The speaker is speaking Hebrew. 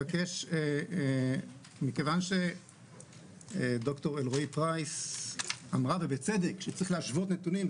כיוון שד"ר אלרעי-פרייס אמרה ובצדק שצריך להשוות נתונים,